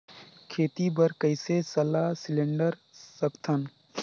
खेती बर कइसे सलाह सिलेंडर सकथन?